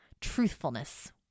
truthfulness